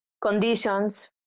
conditions